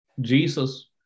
Jesus